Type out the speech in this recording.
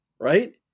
right